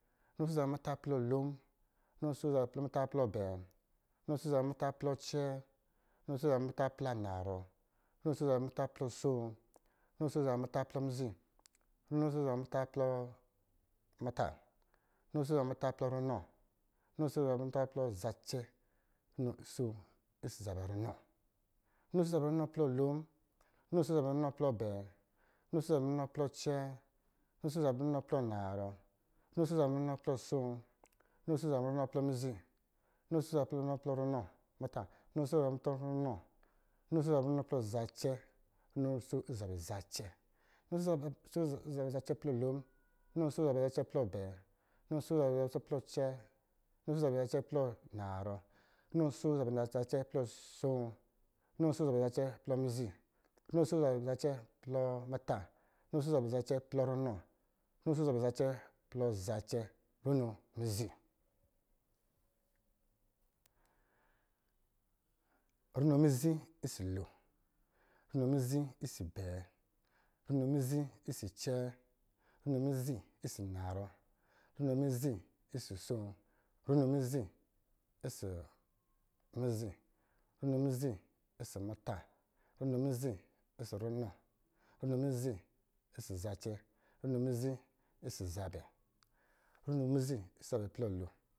Runo asoo ɔsɔ̄ zabɛ muta plɔ lon, runo asoo ɔsɔ̄ zabɛ muta plɔ acɛɛ, runo asoo ɔsɔ̄ zabɛ muta plɔ narɔ, runo asoo ɔsɔ̄ zabɛ muta plɔ aspp, runo asoo ɔsɔ̄ zabɛ muta plɔ mizi, runo asoo ɔsɔ̄ zabɛ muta plɔ muta, runo asoo ɔsɔ̄ zabɛ muta plɔc runɔ, runo asoo ɔsɔ̄ zabɛ muta plɔ zacɛ, runo asoo ɔsɔ̄ zabɛ runɔ, runo asoo ɔsɔ̄ zabɛ runɔ plɔ lon, runo asoo ɔsɔ̄ zabɛ runɔ plɔ abɛɛ, runo asoo ɔsɔ̄ zabɛ runɔ plɔ acɛɛ, runo asoo ɔsɔ̄ zabɛ runɔ plɔ narɔ runo asoo ɔsɔ̄ zabɛ runɔ plɔ asoo, runo asoo ɔsɔ̄ zabɛ runɔ plɔ mizi, runo asoo ɔsɔ̄ zabɛ runɔ plɔ muta, runo asoo ɔsɔ̄ zabɛ runɔ plɔ runɔ, runo asoo ɔsɔ̄ zabɛ runɔ plɔ zacɛ, runo asoo ɔsɔ̄ zabɛ zacɛ, runo asoo ɔsɔ̄ zabɛ zacɛ plɔ lon, runo asoo ɔsɔ̄ zabɛ zacɛ plɔ abɛɛ, runo asoo ɔsɔ̄ zabɛ zacɛ plɔ acɛɛ, runo asoo ɔsɔ̄ zabɛ zacɛ plɔ anarɔ, runo asoo ɔsɔ̄ zabɛ zacɛ plɔ asoo, runo asoo ɔsɔ̄ zabɛ zacɛ plɔ mizi, runo asoo ɔsɔ̄ zabɛ zacɛ plɔ muta, runo asoo ɔsɔ̄ zabɛ zacɛ plɔ ranɔ, runo asoo ɔsɔ̄ zabɛ zacɛ plɔ zacɛ, runo mizi, runo mizi ɔsɔ̄ lon, runo mizi ɔsɔ̄ abɛɛ, runo mizi ɔsɔ̄ acɛɛ, runo mizi ɔsɔ̄ anarɔ, runo mizi ɔsɔ̄ asoo, runo mizi ɔsɔ̄ mizi, runo mizi ɔsɔ̄ muta, runo mizi ɔsɔ̄ runo, runo mizi ɔsɔ̄ zacɛ, runo mizi ɔsɔ̄ zabɛ, runo mizi ɔsɔ̄ zabɛ plɔ lon